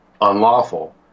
unlawful